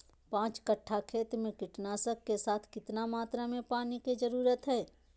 पांच कट्ठा खेत में कीटनाशक के साथ कितना मात्रा में पानी के जरूरत है?